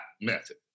method